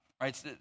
right